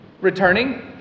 Returning